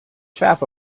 chap